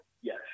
Yes